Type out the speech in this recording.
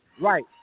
Right